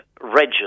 register